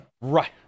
right